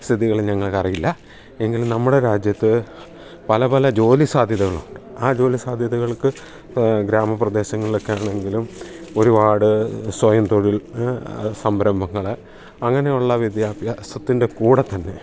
സ്ഥിതികൾ ഞങ്ങൾക്ക് അറിയില്ല എങ്കിലും നമ്മുടെ രാജ്യത്ത് പല പല ജോലി സാധ്യതകളുണ്ട് ആ ജോലി സാധ്യതകൾക്ക് ഗ്രാമപ്രദേശങ്ങളിലൊക്കെ ആണെങ്കിലും ഒരുപാട് സ്വയം തൊഴിൽ സംരംഭങ്ങളെ അങ്ങനെയുള്ള വിദ്യാഭ്യാസത്തിൻ്റെ കൂടെ തന്നെ